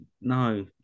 no